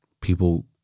people